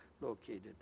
located